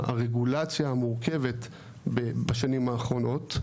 הרגולציה המורכבת בשנים האחרונות,